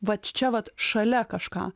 va čia vat šalia kažką